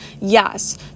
yes